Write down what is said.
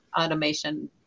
automation